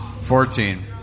Fourteen